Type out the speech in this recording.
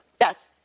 Yes